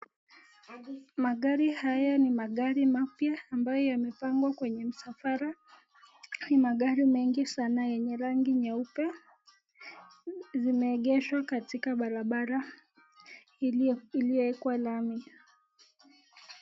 Magari haya ni magari mapya ambayo yamepangwa kwenye msafara ni magari mengi sana yenye rangi nyeupe, zimeegeshwa katika barabara iliyowekwa lami.